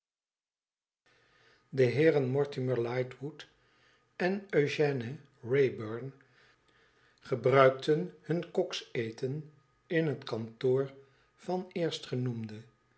de heeren mortimer lightwood en eugène wraybum gebruikten hun koksetea in het kantoor van